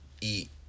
eat